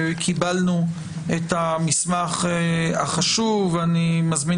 קיבלנו את המסמך החשוב ואני מזמין